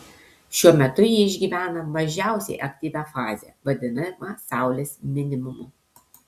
šiuo metu ji išgyvena mažiausiai aktyvią fazę vadinamą saulės minimumu